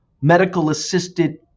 medical-assisted